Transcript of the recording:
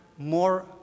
more